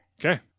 Okay